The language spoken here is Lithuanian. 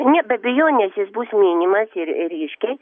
ne be abejonės jis bus minimas ir ryškiai